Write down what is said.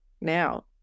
now